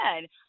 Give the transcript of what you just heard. Good